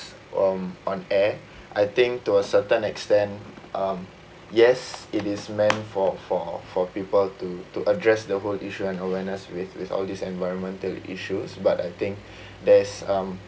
on on air I think to a certain extent um yes it is meant for for for people to to address the whole issue and awareness with with all these environmental issues but I think there's um